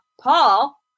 Paul